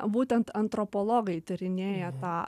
būtent antropologai tyrinėja tą